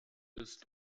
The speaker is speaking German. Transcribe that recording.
ist